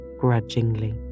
grudgingly